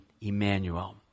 Emmanuel